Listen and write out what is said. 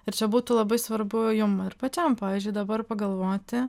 ir čia būtų labai svarbu jum ir pačiam pavyzdžiui dabar pagalvoti